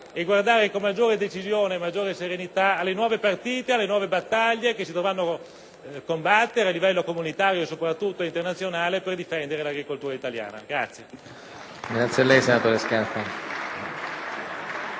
e guardare con maggiore decisione e maggiore serenità alle nuove partite, alle nuove battaglie che si dovranno combattere a livello comunitario e soprattutto internazionale per difendere l'agricoltura italiana.